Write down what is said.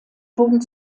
wurden